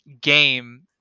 game